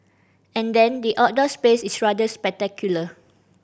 and then the outdoor space is rather spectacular